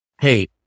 hey